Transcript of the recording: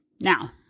Now